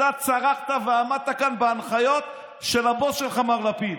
אתה צרחת ועמדת כאן בהנחיות של הבוס שלך מר לפיד.